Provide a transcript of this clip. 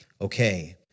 okay